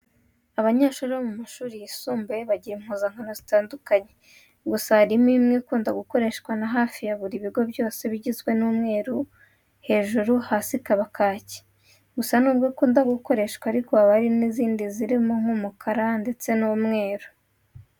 Abanyeshuri bo mu mashuri yisumbuye bagira impuzankano zitandukanye gusa harimo imwe ikunda gukoreshwa na hafi ya buri bigo byose iba igizwe n'umweru hejuru, hasa ikaba kaki. Gusa nubwo ikunda gukoreshwa ariko haba hari n'izindi zirimo nk'umukara ndetse n'umweru.